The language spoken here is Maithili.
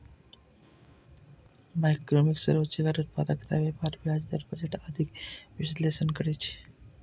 मैक्रोइकोनोमिक्स रोजगार, उत्पादकता, व्यापार, ब्याज दर, बजट आदिक विश्लेषण करै छै